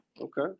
Okay